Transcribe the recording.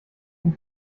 von